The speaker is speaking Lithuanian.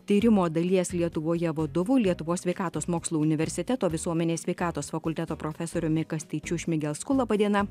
tyrimo dalies lietuvoje vadovu lietuvos sveikatos mokslų universiteto visuomenės sveikatos fakulteto profesoriumi kastyčiu šmigelsku laba diena